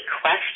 question